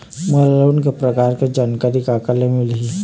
मोला लोन के प्रकार के जानकारी काकर ले मिल ही?